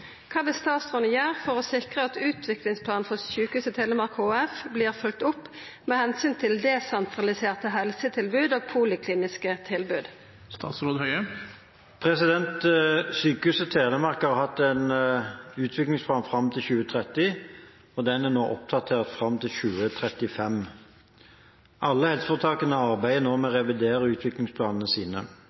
Hva vil statsråden gjøre for å sikre at utviklingsplanen for Sykehuset Telemark HF blir fulgt opp med hensyn til desentraliserte helsetilbud og polikliniske tilbud?» Sykehuset Telemark har hatt en utviklingsplan fram til 2030, og den er nå oppdatert fram til 2035. Alle helseforetakene arbeider nå med å revidere utviklingsplanene sine.